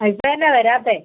ഇപ്പോൾ എന്നാ വരാത്തത്